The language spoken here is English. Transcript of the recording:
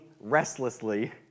restlessly